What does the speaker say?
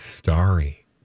Starry